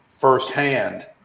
firsthand